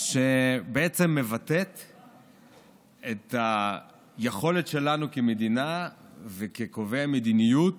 שמבטאת את היכולת שלנו כמדינה וכקובעי מדיניות